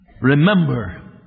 Remember